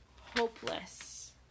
hopeless